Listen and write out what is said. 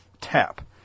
Tap